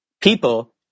people